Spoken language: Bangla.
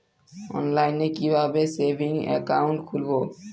অনলাইনে কিভাবে সেভিংস অ্যাকাউন্ট খুলবো?